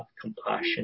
compassion